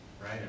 right